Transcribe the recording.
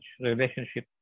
relationship